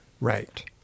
Right